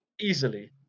Easily